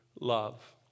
love